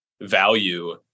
value